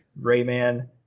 Rayman